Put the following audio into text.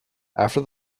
after